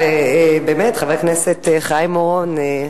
ובאמת חבר הכנסת חיים אורון,